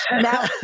Now